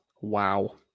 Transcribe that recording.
wow